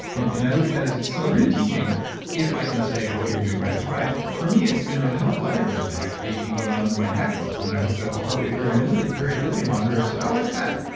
and and i look at that as accelerated teaching if i can say what you're doing right is right. for me, it's been really helpful. i didn't know what the heck, anything going on under my neck was, and i hooked up a heart rate variability variability monitor, and said, oh, look at that.